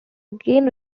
again